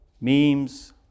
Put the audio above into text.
memes